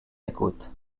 écoute